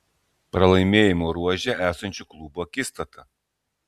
pralaimėjimų ruože esančių klubų akistata